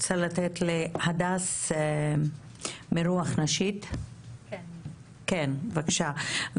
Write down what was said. הדס מרוח נשית, בבקשה.